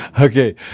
Okay